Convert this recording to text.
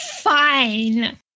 fine